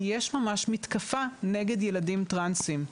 כי יש ממש מתקפה נגד ילדים טרנסים.